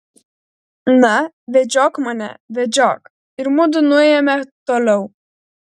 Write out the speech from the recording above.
na vedžiok mane vedžiok ir mudu nuėjome toliau